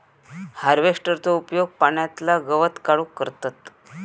हार्वेस्टरचो उपयोग पाण्यातला गवत काढूक करतत